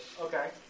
Okay